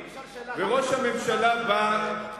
בממשלה הקודמת, שאלה,